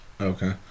Okay